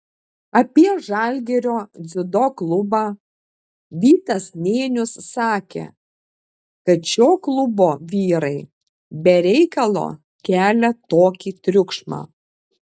apie žalgirio dziudo klubą vytas nėnius sakė kad šio klubo vyrai be reikalo kelia tokį triukšmą